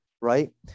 right